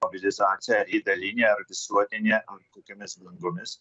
mobilizacija ar ji dalinė ar visuotinė ar kokiomis bangomis